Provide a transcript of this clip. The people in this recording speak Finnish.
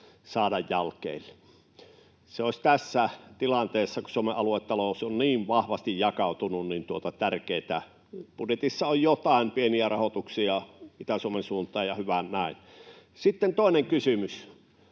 saada jalkeille? Se olisi tässä tilanteessa, kun Suomen aluetalous on niin vahvasti jakautunut, tärkeätä. Budjetissa on joitain pieniä rahoituksia Itä-Suomen suuntaan, ja hyvä näin. Sitten toinen kysymys.